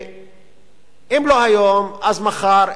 שאם לא היום אז מחר,